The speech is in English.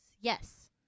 Yes